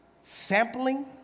sampling